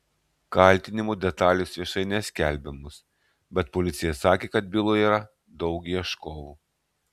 kaltinimų detalės viešai neskelbiamos bet policija sakė kad byloje yra daug ieškovų